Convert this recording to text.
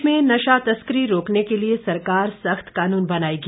प्रदेश में नशा तस्करी रोकने के लिए सरकार सख्त कानून बनाएगी